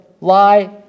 lie